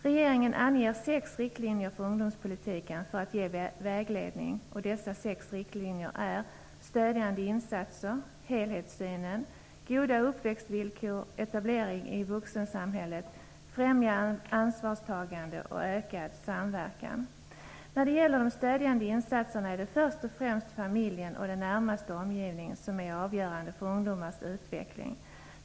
Regeringen anger sex riktlinjer för ungdomspolitiken för att ge vägledning. Dessa sex riktlinjer är: stödjande insatser, helhetssyn, goda uppväxtvillkor, etablering i vuxensamhället, främja ansvarstagande, ökad samverkan. När det gäller de stödjande insatserna är det först och främst familjen och den närmaste omgivningen som är avgörande för ungdomars utveckling.